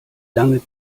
lange